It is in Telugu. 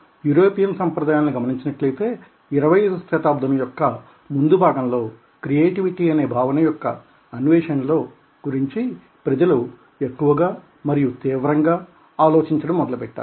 యూరోపియన్ సంప్రదాయాలను గమనించినట్లయితే 20వ శతాబ్దం యొక్క ముందు భాగంలో క్రియేటివిటీ అనే భావన యొక్క అన్వేషణ గురించి ప్రజలు ఎక్కువగా మరియు తీవ్రంగా ఆలోచించడం మొదలు పెట్టారు